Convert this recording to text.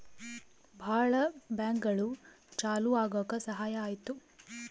ಭಾಳ ಬ್ಯಾಂಕ್ಗಳು ಚಾಲೂ ಆಗಕ್ ಸಹಾಯ ಆಯ್ತು